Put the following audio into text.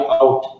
out